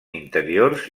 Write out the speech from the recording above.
interiors